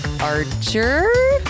Archer